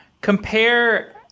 compare